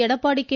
Edappadi K